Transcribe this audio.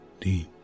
deep